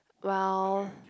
well